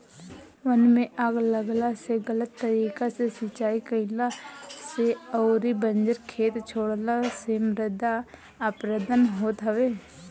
वन में आग लागला से, गलत तरीका से सिंचाई कईला से अउरी बंजर खेत छोड़ला से मृदा अपरदन होत हवे